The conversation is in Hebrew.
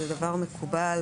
זה דבר מקובל.